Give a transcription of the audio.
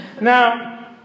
Now